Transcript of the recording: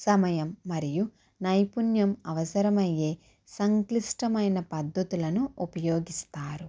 సమయం మరియు నైపుణ్యం అవసరమయ్యే సంక్లిష్టమైన పద్ధతులను ఉపయోగిస్తారు